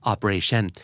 Operation